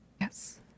Yes